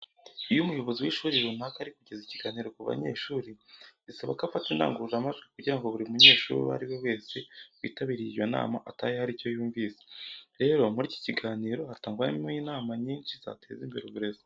Iyo umuyobozi w'ishuri runaka ari kugeza ikiganiro ku banyeshuri bisaba ko afata indangururamajwi kugira ngo buri munyeshuri uwo ari we wese witabiriye iyo nama atahe hari icyo yumvise. Rero muri iki kiganiro hatangwamo inama nyinshi zateza imbere uburezi.